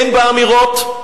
הן באמירות,